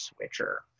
switcher